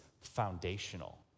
foundational